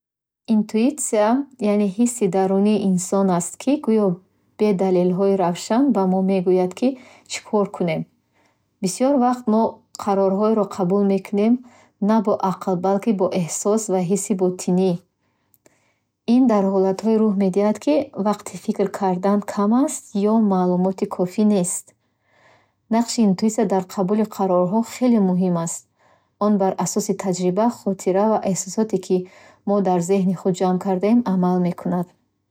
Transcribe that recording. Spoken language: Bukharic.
Интуитсия, яъне ҳисси дарунии инсон аст, ки гӯё бе далелҳои равшан ба мо мегӯяд, ки чӣ кор кунем. Бисёр вақт мо қарорҳоеро қабул мекунем, на бо ақл, балки бо эҳсос ва ҳисси ботинӣ. Ин дар ҳолатҳое рӯй медиҳад, ки вақти фикр кардан кам аст ё маълумоти кофӣ нест. Нақши интуиция дар қабули қарорҳо хеле муҳим аст. Он бар асоси таҷриба, хотира ва эҳсосоте, ки мо дар зеҳни худ ҷамъ кардаем, амал мекунад.